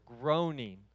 groaning